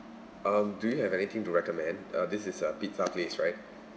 um do you have anything to recommend uh this is a pizza place right